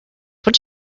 what